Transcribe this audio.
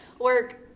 work